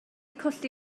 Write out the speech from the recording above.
colli